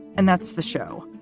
and that's the show.